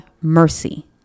mercy